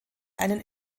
einen